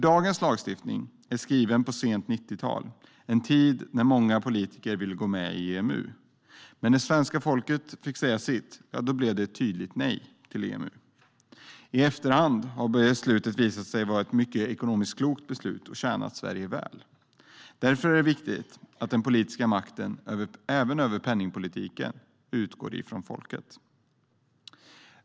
Dagens lagstiftning är nämligen skriven under sent 1990-tal, i en tid då många politiker ville gå med i EMU. Men när svenska folket fick säga sitt blev det ett tydligt nej till EMU. I efterhand har det visat sig vara ett ekonomiskt sett mycket klokt beslut som tjänat Sverige väl. Det är därför viktigt att den politiska makten - även över penningpolitiken - utgår ifrån folket.